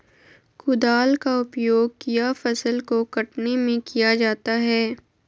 कुदाल का उपयोग किया फसल को कटने में किया जाता हैं?